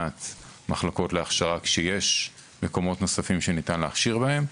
מחלקות להכשרה כשיש מקומות נוספים שניתן להכשיר בהם,